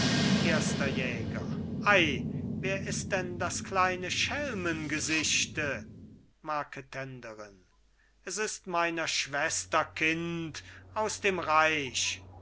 erster jäger ei wer ist denn das kleine schelmengesichte marketenderin s ist meiner schwester kind aus dem reich